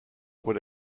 would